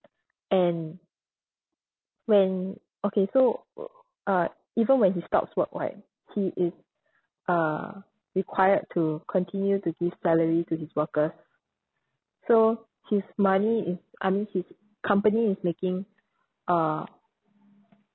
and when okay so uh even when he stops work right he is uh required to continue to give salary to his workers so his money is I mean his company is making uh